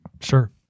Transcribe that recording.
Sure